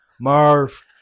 Murph